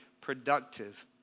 productive